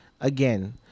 Again